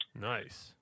Nice